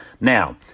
Now